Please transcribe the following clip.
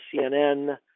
CNN